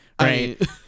right